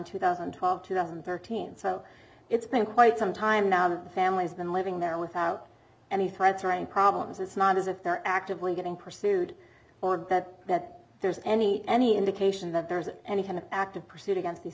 and thirteen so it's been quite some time now that the family's been living there without any threats or any problems it's not as if they're actively getting pursued or that that there's any any indication that there's any kind of active pursuit against these